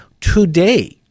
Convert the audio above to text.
today